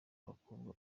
bakobwa